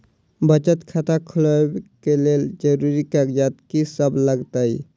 बचत खाता खोलाबै कऽ लेल जरूरी कागजात की सब लगतइ?